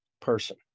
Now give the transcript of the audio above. person